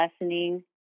lessening